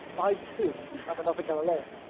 i too am another galileo.